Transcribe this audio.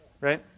right